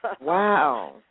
Wow